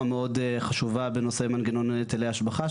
מאוד חשובה בנושא מנגנון היטלי השבחה,